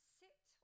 sit